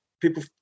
people